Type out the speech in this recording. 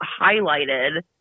highlighted